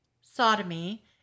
sodomy